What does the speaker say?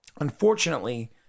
unfortunately